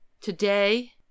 today